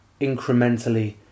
incrementally